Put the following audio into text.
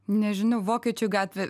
nežinau vokiečių gatvė